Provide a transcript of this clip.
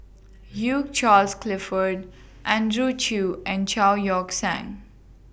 Hugh Charles Clifford Andrew Chew and Chao Yoke San